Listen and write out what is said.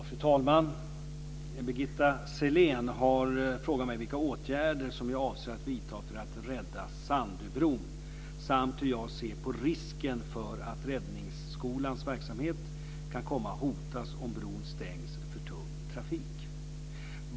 Fru talman! Birgitta Sellén har frågat mig vilka åtgärder som jag avser att vidta för att rädda Sandöbron samt hur jag ser på risken för att Räddningsskolans verksamhet kan komma att hotas om bron stängs för tung trafik.